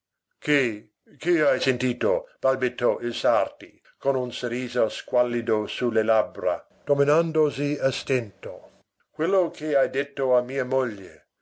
che hai sentito balbettò il sarti con un sorriso squallido su le labbra dominandosi a stento quello che hai detto a mia moglie